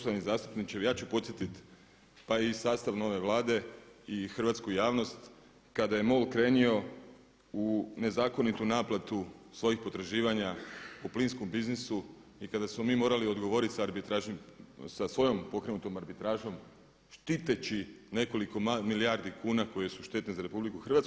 Poštovani zastupniče, evo ja ću podsjetiti pa i sastav nove Vlade i hrvatsku javnost kada je MOL krenuo u nezakonitu naplatu svojih potraživanja u plinskom biznisu i kada smo mi morali odgovoriti s arbitražnim, sa svojom pokrenutom arbitražom štiteći nekoliko milijardi kuna koje su štetne za RH.